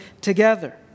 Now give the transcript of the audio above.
together